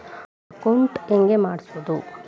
Account ಹೆಂಗ್ ಮಾಡ್ಸೋದು?